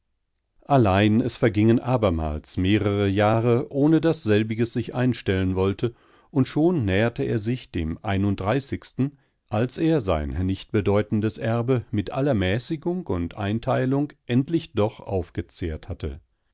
allein es vergingen abermals mehrere jahre ohne daß selbiges sich einstellen wollte und schon näherte er sich dem einunddreißigsten als er sein nicht bedeutendes erbe mit aller mäßigung und einteilung endlich doch aufgezehrt hatte